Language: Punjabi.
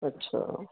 ਅੱਛਾ